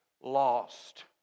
Lost